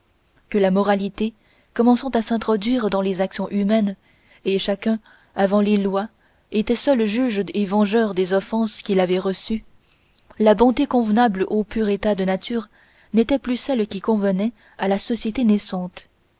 que la moralité commençant à s'introduire dans les actions humaines et chacun avant les lois étant seul juge et vengeur des offenses qu'il avait reçues la bonté convenable au pur état de nature n'était plus celle qui convenait à la société naissante